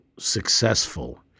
successful